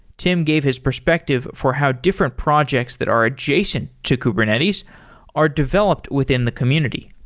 tim gave his perspective for how different projects that are adjacent to kubernetes are developed within the community.